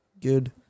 good